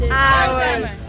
hours